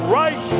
right